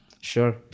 Sure